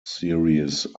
series